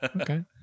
Okay